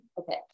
Okay